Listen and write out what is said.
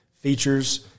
features